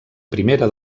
primera